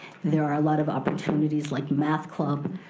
there are a lot of opportunities like math club,